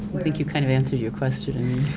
think you kind of answered your question.